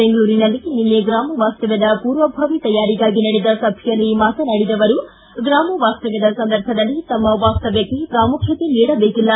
ಬೆಂಗಳೂರಿನಲ್ಲಿ ನಿನ್ನೆ ಗ್ರಾಮ ವಾಸ್ತವ್ಯದ ಪೂರ್ವಭಾವಿ ತಯಾರಿಗಾಗಿ ನಡೆದ ಸಭೆಯಲ್ಲಿ ಮಾತನಾಡಿದ ಅವರು ಗ್ರಾಮವಾಸ್ತವ್ಯದ ಸಂದರ್ಭದಲ್ಲಿ ತಮ್ಮ ವಾಸ್ತವ್ಯಕ್ಷೆ ಪ್ರಾಮುಖ್ಯತೆ ನೀಡಬೇಕಿಲ್ಲ